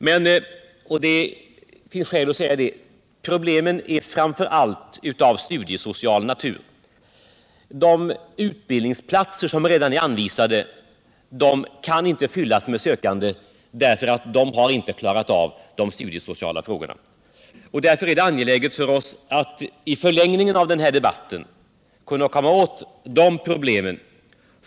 Men det finns skäl att påpeka att de problemen framför allt är av studiesocial natur. De utbildningsplatser som redan är anvisade kan inte fyllas med sökande därför att de studiesociala frågorna inte har klarats av. Därför är det angeläget för oss att i förlängningen av den här debatten kunna komma åt de problemen.